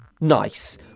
Nice